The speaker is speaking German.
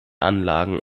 anlagen